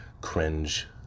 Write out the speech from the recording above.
Cringe